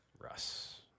Russ